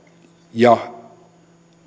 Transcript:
ja